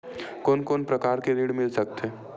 कोन कोन प्रकार के ऋण मिल सकथे?